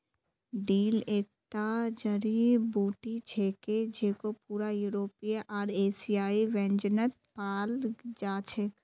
dill एकता जड़ी बूटी छिके जेको पूरा यूरोपीय आर एशियाई व्यंजनत पाल जा छेक